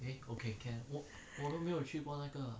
没有去过那个